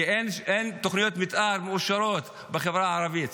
כי אין תוכניות מתאר מאושרות בחברה הערבית.